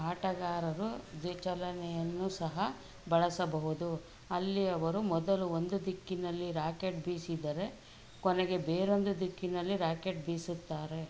ಆಟಗಾರರು ದ್ವಿ ಚಲನೆಯನ್ನು ಸಹ ಬಳಸಬಹುದು ಅಲ್ಲಿ ಅವರು ಮೊದಲು ಒಂದು ದಿಕ್ಕಿನಲ್ಲಿ ರಾಕೆಟ್ ಬೀಸಿದರೆ ಕೊನೆಗೆ ಬೇರೊಂದು ದಿಕ್ಕಿನಲ್ಲಿ ರಾಕೆಟ್ ಬೀಸುತ್ತಾರೆ